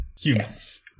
humans